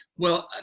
well,